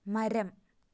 മരം